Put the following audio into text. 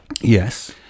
yes